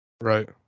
right